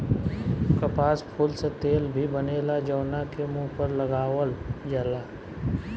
कपास फूल से तेल भी बनेला जवना के मुंह पर लगावल जाला